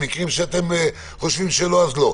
מקרים שאתם חושבים שלא אז לא.